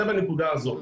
זה בנקודה הזו.